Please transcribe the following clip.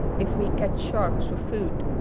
if we catch sharks for food,